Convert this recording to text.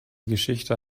geschichte